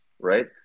right